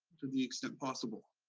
to the extent possible.